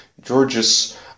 George's